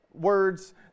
words